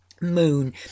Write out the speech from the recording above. Moon